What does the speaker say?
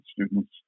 students